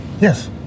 yes